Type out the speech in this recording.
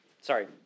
Sorry